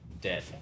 dead